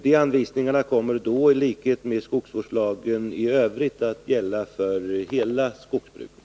De anvisningarna kommer då i likhet med skogsvårdslagen i övrigt att gälla för hela skogsbruket.